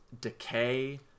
decay